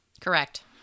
Correct